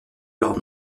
leur